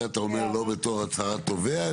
את זה אתה אומר לא בתור הצהרת תובע,